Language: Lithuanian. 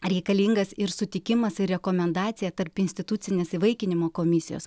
reikalingas ir sutikimas ir rekomendacija tarpinstitucinės įvaikinimo komisijos